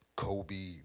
Kobe